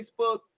Facebook